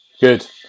Good